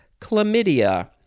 Chlamydia